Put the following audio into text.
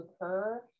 occur